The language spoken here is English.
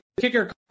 kicker